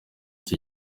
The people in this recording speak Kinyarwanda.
ico